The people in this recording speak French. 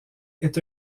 est